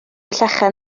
llechen